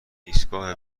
ایستگاه